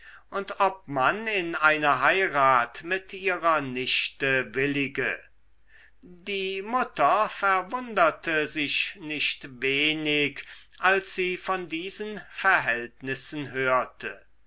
und ob man in eine heirat mit ihrer nichte willige die mutter verwunderte sich nicht wenig als sie von diesen verhältnissen hörte